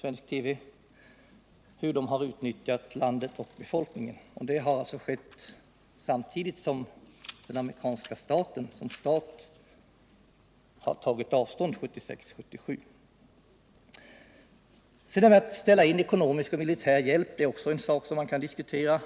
Det har alltså skett samtidigt som den amerikanska staten år 1976 och 1977 klart har tagit avstånd från brott mot de mänskliga rättigheterna. Verkan av att bryta den ekonomiska och militära hjälpen är också en sak som kan diskuteras.